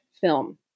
film